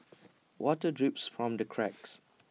water drips from the cracks